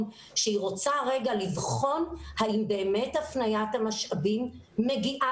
שהיא רוצה רגע לבחון האם באמת הפניית המשאבים מגיעה